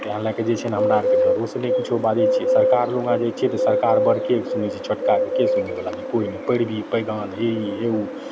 इएह लैके जे छै ने हमरा आओरके डरो से नहि किछु बाजै छिए सरकार लग जाइ छिए तऽ सरकार बड़केके सुनै छै छोटकाके के सुनैवला छै कोइ नहि नहि पैरवी पैगाम हे ई हे ओ